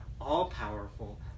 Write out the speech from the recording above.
all-powerful